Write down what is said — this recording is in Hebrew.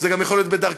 זה גם יכול להיות בדרכך,